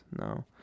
No